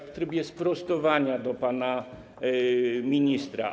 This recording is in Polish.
W trybie sprostowania, do pana ministra.